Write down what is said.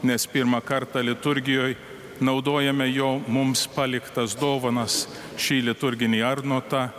nes pirmą kartą liturgijoj naudojame jo mums paliktas dovanas šį liturginį arnotą